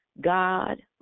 God